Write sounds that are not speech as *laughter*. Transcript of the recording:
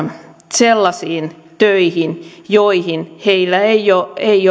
sellaisiin töihin joihin heillä ei *unintelligible*